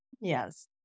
Yes